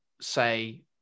say